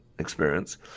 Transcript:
experience